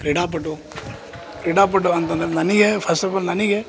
ಕ್ರೀಡಾಪಟು ಕ್ರೀಡಾಪಟು ಅಂತಂದರೆ ನನಗೆ ಫಸ್ಟ್ ಆಫ್ ಆಲ್ ನನಗೆ